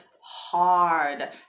hard